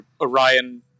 Orion